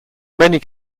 many